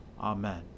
Amen